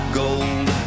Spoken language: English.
gold